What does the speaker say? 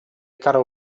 caro